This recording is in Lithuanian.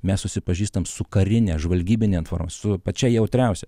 mes susipažįstam su karine žvalgybine inform su pačia jautriausia